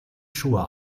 schuhe